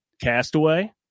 Castaway